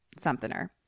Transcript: somethinger